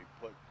put